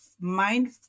mind